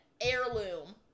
heirloom